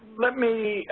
let me